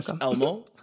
Elmo